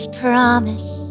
promise